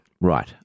Right